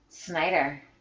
Snyder